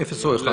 -- אפס או אחד.